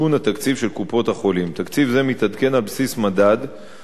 תקציב זה מתעדכן על בסיס מדד שנקרא מדד יוקר הבריאות,